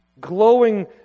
glowing